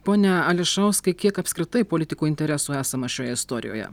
pone ališauskai kiek apskritai politikų interesų esama šioje istorijoje